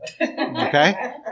Okay